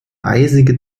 eisige